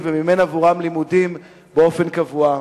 לימודים, ומימן עבורם לימודים באופן קבוע.